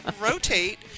rotate